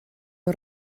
nhw